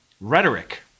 rhetoric